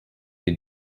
you